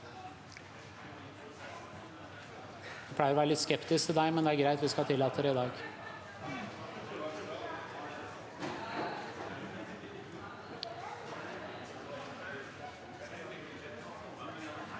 Jeg pleier å være litt skep- tisk til deg, men det er greit – vi skal tillate det i dag!